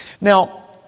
Now